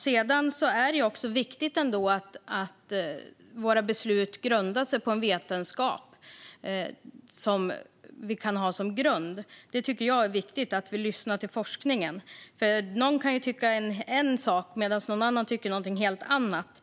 Sedan är det viktigt att våra beslut grundar sig på en vetenskap som vi kan ha som grund. Jag tycker att det är viktigt att vi lyssnar till forskningen, för någon kan tycka en sak medan någon annan kan tycka något helt annat.